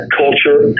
culture